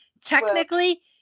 Technically